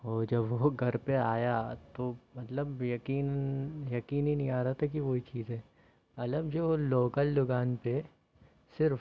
और जब वो घर पर आया तो मतलब यकीन यकीन ही नहीं आ रहा था कि वही चीज़ है मतलब जो लोकल दुकान पर सिर्फ